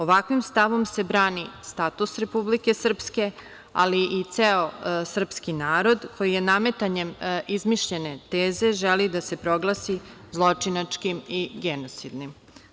Ovakvim stavom se brani status Republike Srpske, ali i ceo srpski narod koji je nametanjem izmišljene teze želi da se proglasi zločinačkim i genocidnim.